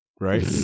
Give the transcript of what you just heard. right